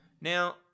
Now